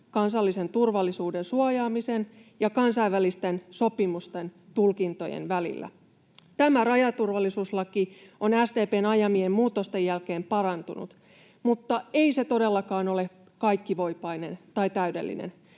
kansallisen turvallisuuden suojaamisen ja kansainvälisten sopimusten tulkintojen välillä. Tämä rajaturvallisuuslaki on SDP:n ajamien muutosten jälkeen parantunut, mutta ei se todellakaan ole kaikkivoipainen tai täydellinen.